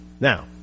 Now